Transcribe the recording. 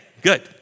good